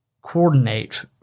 coordinate